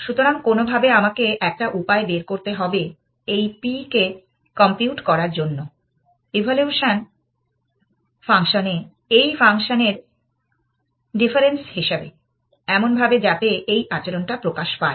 সুতরাং কোনোভাবে আমাকে একটা উপায় বের করতে হবে এই P কে কম্পিউট করার জন্য ইভ্যালুয়েশন ফাংশনে এই ফাংশ এর ডিফারেন্স হিসেবে এমনভাবে যাতে এই আচরণটা প্রকাশ পায়